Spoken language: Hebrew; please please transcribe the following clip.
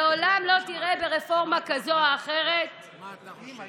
לעולם לא תראה ברפורמה כזאת או אחרת כמשתווה